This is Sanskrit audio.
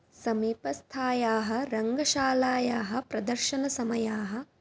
समीपस्थायाः रङ्गशालायाः प्रदर्शनसमयाः